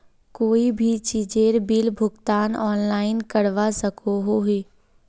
कोई भी चीजेर बिल भुगतान ऑनलाइन करवा सकोहो ही?